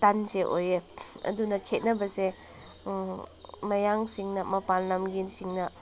ꯇꯟꯁꯦ ꯑꯣꯏꯌꯦ ꯑꯗꯨꯅ ꯈꯦꯠꯅꯕꯁꯦ ꯃꯌꯥꯡꯅ ꯃꯄꯥꯟ ꯂꯝꯒꯤꯁꯤꯡꯅ